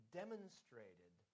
demonstrated